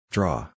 Draw